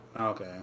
Okay